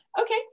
Okay